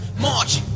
march